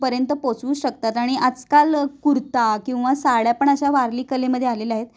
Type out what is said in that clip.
पर्यंत पोचवू शकतात आणि आजकाल कुर्ता किंवा साड्या पण अशा वारली कलेमध्ये आलेल्या आहेत